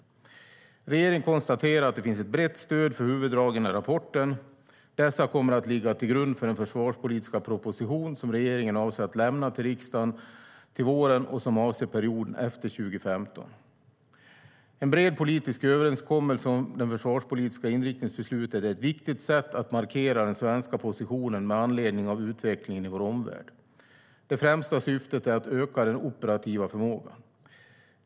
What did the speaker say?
Regeringen konstaterar att det finns ett brett stöd för huvuddragen i rapporten. Dessa kommer att ligga till grund för den försvarspolitiska proposition som regeringen avser att lämna till riksdagen till våren och som avser perioden efter 2015. En bred politisk överenskommelse om det försvarspolitiska inriktningsbeslutet är ett viktigt sätt att markera den svenska positionen med anledning av utvecklingen i vår omvärld. Det främsta syftet är att öka den operativa förmågan.